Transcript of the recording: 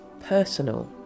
personal